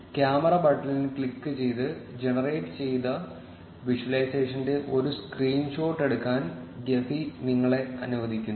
camera ബട്ടണിൽ ക്ലിക്കുചെയ്ത് generate ചെയ്ത വിഷ്വലൈസേഷന്റെ ഒരു സ്ക്രീൻഷോട്ട് എടുക്കാൻ ഗെഫി നിങ്ങളെ അനുവദിക്കുന്നു